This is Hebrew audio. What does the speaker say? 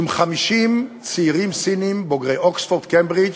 עם צעירים סינים בוגרי אוקספורד-קיימברידג'